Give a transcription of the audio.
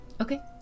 Okay